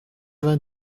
vingt